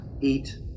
eat